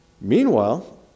Meanwhile